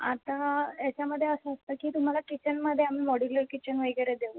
आता हेच्यामध्ये असं असतं की तुम्हाला किचनमध्ये आम्ही मॉड्यूलर किचन वगैरे देऊ